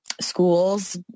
schools